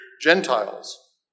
Gentiles